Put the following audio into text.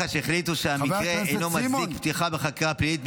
-- כאשר מח"ש החליטו שהמקרה אינו מצדיק פתיחה בחקירה פלילית,